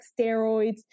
steroids